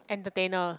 entertainer